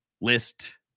list